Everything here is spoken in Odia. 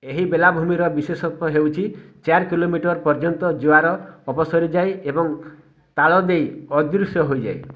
ଏହି ବେଲାଭୂମିର ବିଶେଷତ୍ୱ ହେଉଛି ଚାର୍ କିଲୋମିଟର୍ ପର୍ଯ୍ୟନ୍ତ ଜୁଆର ଅପସରି ଯାଏ ଏବଂ ତାଳ ଦେଇ ଅଦୃଶ୍ୟ ହୋଇଯାଏ